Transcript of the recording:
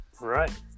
right